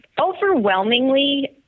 Overwhelmingly